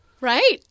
Right